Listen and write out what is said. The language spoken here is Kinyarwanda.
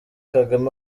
kagame